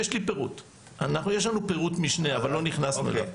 יש לנו פירוט משנה אבל לא נכנסנו אליו.